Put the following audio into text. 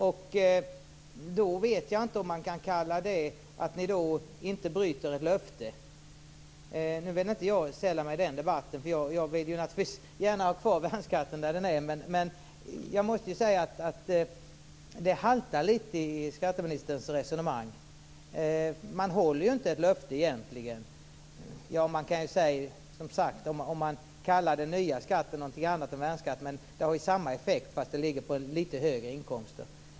Jag vet inte om man kan kalla det att inte bryta ett löfte. Nu vill inte jag sälla mig till den debatten, för jag vill naturligtvis gärna ha kvar värnskatten där den är. Men jag måste säga att skatteministerns resonemang haltar litet. Man håller egentligen inte ett löfte. Man kan förstås kalla den nya skatten något annat än värnskatt, men den har ju samma effekt även om den ligger på litet högre inkomster.